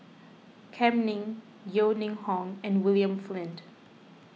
Kam Ning Yeo Ning Hong and William Flint